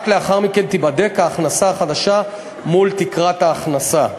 רק לאחר מכן תיבדק ההכנסה החדשה מול תקרת ההכנסה.